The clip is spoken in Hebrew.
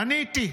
עניתי.